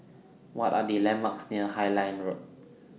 What Are The landmarks near Highland Road